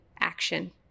action